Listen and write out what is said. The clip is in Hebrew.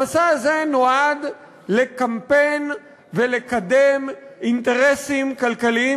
המסע הזה נועד לקמפן ולקדם אינטרסים כלכליים